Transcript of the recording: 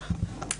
הסיוע.